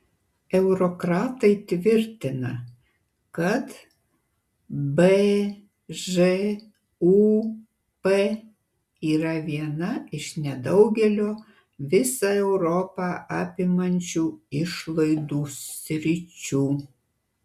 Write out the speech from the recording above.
eurokratai tvirtina kad bžūp yra viena iš nedaugelio visą europą apimančių išlaidų sričių